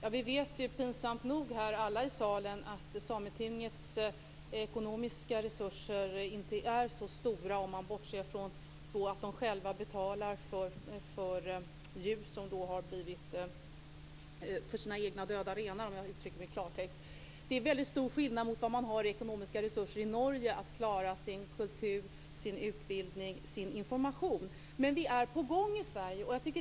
Fru talman! Alla i salen vet, pinsamt nog, att Sametingets ekonomiska resurser inte är så stora - bortsett från att samerna betalar för sina egna döda renar. Detta utgör en stor skillnad från de ekonomiska resurser som samerna har i Norge för att upprätthålla kultur, utbildning och information. Vi är på gång i Sverige.